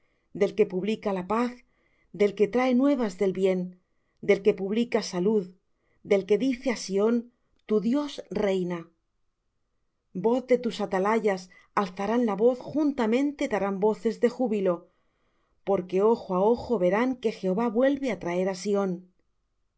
del que publica la paz del que trae nuevas del bien del que publica salud del que dice á sión tu dios reina voz de tus atalayas alzarán la voz juntamente darán voces de júbilo porque ojo á ojo verán que jehová vuelve á traer